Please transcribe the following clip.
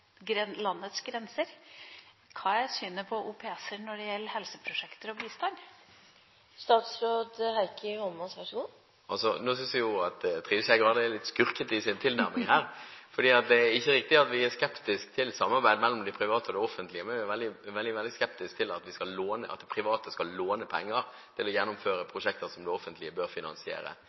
landets grenser. Hva er synet på offentlig–privat samarbeid når det gjelder helseprosjekter og bistand? Nå synes jeg Trine Skei Grande er litt skurkete i sin tilnærming her. Det er ikke riktig at vi er skeptiske til samarbeid mellom de private og det offentlige, men vi er veldig, veldig skeptiske til at de private skal låne penger til å gjennomføre prosjekter som det offentlige bør finansiere.